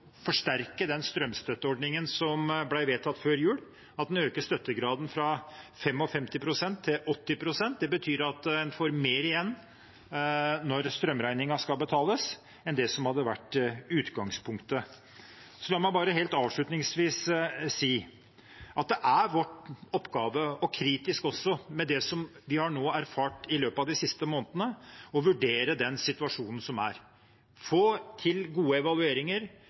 vedtatt før jul – at en øker støttegraden fra 55 pst. til 80 pst. Det betyr at en får mer igjen når strømregningen skal betales, enn det som hadde vært utgangspunktet. La meg helt avslutningsvis si at det er vår oppgave – kritisk også, med det vi har erfart i løpet av de siste månedene – å vurdere den situasjonen som er, og få til gode evalueringer